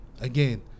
again